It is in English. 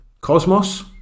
cosmos